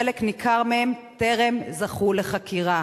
חלק ניכר מהם טרם זכו לחקירה.